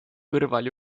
kõrval